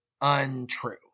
untrue